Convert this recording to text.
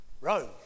Rome